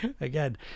again